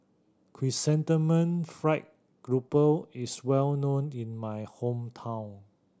Chrysanthemum Fried Grouper is well known in my hometown